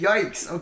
Yikes